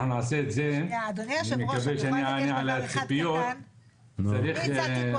אדוני היושב-ראש, אני הצעתי פה